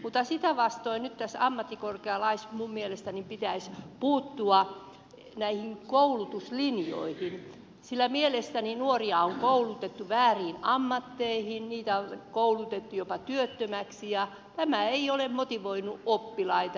mutta sitä vastoin nyt tässä ammattikorkealaissa minun mielestäni pitäisi puuttua näihin koulutuslinjoihin sillä mielestäni nuoria on koulutettu vääriin ammatteihin heitä on koulutettu jopa työttömiksi ja tämä ei ole motivoinut oppilaita